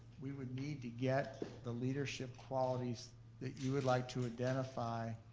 we would need to get the leadership qualities that you would like to identify,